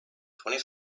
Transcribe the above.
twenty